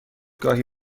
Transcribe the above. گاهی